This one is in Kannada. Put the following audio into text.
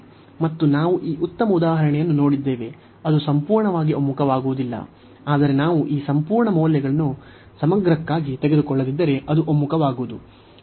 ಮತ್ತು ನಾವು ಈ ಉತ್ತಮ ಉದಾಹರಣೆಯನ್ನು ನೋಡಿದ್ದೇವೆ ಅದು ಸಂಪೂರ್ಣವಾಗಿ ಒಮ್ಮುಖವಾಗುವುದಿಲ್ಲ ಆದರೆ ನಾವು ಈ ಸಂಪೂರ್ಣ ಮೌಲ್ಯವನ್ನು ಸಮಗ್ರಕ್ಕಾಗಿ ತೆಗೆದುಕೊಳ್ಳದಿದ್ದರೆ ಅದು ಒಮ್ಮುಖವಾಗುವುದು